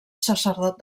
sacerdot